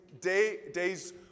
days